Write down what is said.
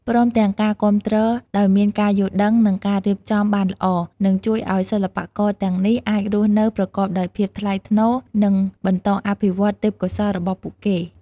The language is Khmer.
ព្រមទាំងការគាំទ្រដោយមានការយល់ដឹង និងការរៀបចំបានល្អ នឹងជួយឱ្យសិល្បករទាំងនេះអាចរស់នៅប្រកបដោយភាពថ្លៃថ្នូរ និងបន្តអភិវឌ្ឍទេពកោសល្យរបស់ពួកគេ។